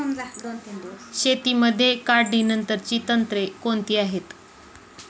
शेतीमध्ये काढणीनंतरची तंत्रे कोणती आहेत?